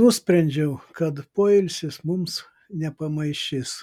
nusprendžiau kad poilsis mums nepamaišys